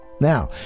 Now